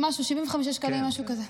75 שקלים, משהו כזה.